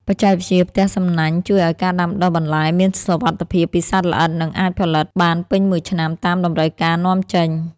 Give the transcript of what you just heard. បច្ចេកវិទ្យាផ្ទះសំណាញ់ជួយឱ្យការដាំដុះបន្លែមានសុវត្ថិភាពពីសត្វល្អិត និងអាចផលិតបានពេញមួយឆ្នាំតាមតម្រូវការនាំចេញ។